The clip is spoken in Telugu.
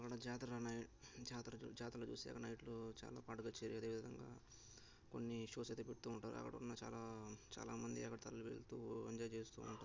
అక్కడ జాతర అనే జాతర జాతరలో చూస్తే అక్కడ నైట్లో చాలా పాట కచేరి అదేవిధంగా కొన్ని షోస్ అయితే పెడుతూ ఉంటారు అక్కడ ఉన్న చాలా చాలా మంది అక్కడ తల్లడిల్లుతూ ఎంజాయ్ చేస్తూ ఉంటారు